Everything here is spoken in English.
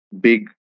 big